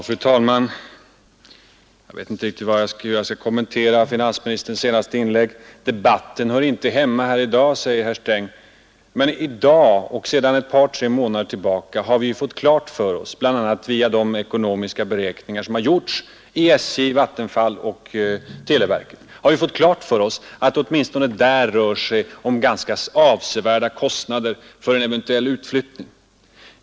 Fru talman! Jag vet inte riktigt hur jag ska kommentera finansministerns senaste inlägg. Denna debatt hör inte hemma här i dag, sade herr Sträng. Men det är i dag — och sedan ett par tre månader — som vi har fått klart för oss, bl.a. via de ekonomiska beräkningar som gjorts vid SJ, Vattenfall och televerket, att det åtminstone i de verken rör sig om avsevärda kostnader för en eventuell utflyttning.